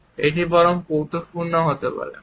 এবং এটি বরং কৌতুকপূর্ণও হতে পারে